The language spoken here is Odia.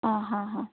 ଅ ହଁ ହଁ